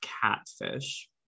catfish